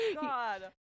God